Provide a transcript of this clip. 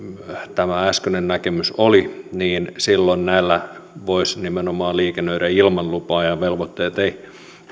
tämä äskeinen näkemys oli niin silloin näillä voisi nimenomaan liikennöidä ilman lupaa ja velvoitteet